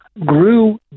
grew